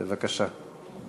בבקשה.